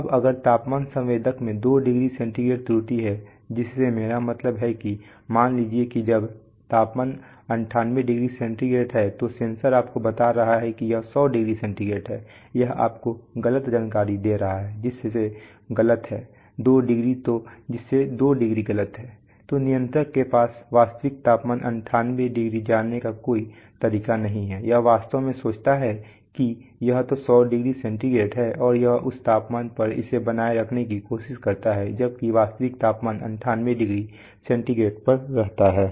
अब अगर तापमान संवेदक में 2 डिग्री सेंटीग्रेड त्रुटि है जिससे मेरा मतलब है कि मान लीजिए कि जब तापमान 98 डिग्री सेंटीग्रेड है तो सेंसर आपको बता रहा है कि यह सौ डिग्री सेंटीग्रेड है यह आपको गलत जानकारी दे रहा है जो 2 डिग्री गलत है तो नियंत्रक के पास वास्तविक तापमान 98 जानने का कोई तरीका नहीं है यह वास्तव में सोचता है कि यह सौ डिग्री सेंटीग्रेड है और यह उस तापमान पर इसे बनाए रखने की कोशिश करता है जबकि वास्तविक तापमान 98 डिग्री सेंटीग्रेड पर रहता है